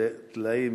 15 טלאים